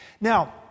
Now